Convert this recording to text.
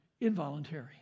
involuntary